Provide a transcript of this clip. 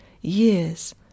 Years